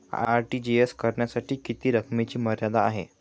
RTGS करण्यासाठी किती रकमेची मर्यादा आहे?